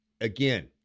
again